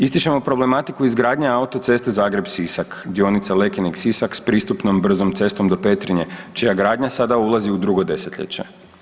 Ističemo problematiku izgradnje autoceste Zagreb-Sisak, dionica Lekenik-Sisak s pristupnom brzom cestom do Petrinje čija gradnja sada ulazi u drugo desetljeće.